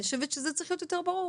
אני חושבת שזה צריך להיות יותר ברור.